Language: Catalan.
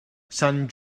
sant